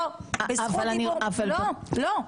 אבל --- לא, לא.